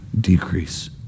decrease